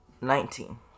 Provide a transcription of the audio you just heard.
Nineteen